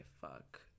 fuck